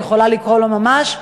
אני יכולה לקרוא לו ממש,